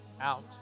out